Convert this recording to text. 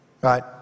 Right